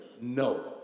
No